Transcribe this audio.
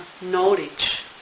knowledge